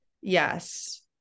Yes